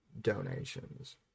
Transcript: donations